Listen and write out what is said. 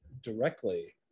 directly